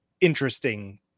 interesting